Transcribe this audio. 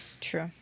true